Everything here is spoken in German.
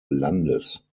landes